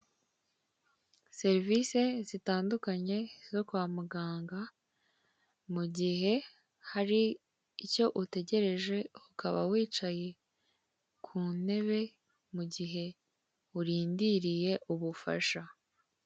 Serivise zitandukanye zo kwa muganga, mugihe hari icyo utegereje ukaba wicaye ku ntebe, mu gihe urindiriye ubufasha.